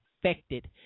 affected